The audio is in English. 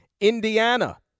Indiana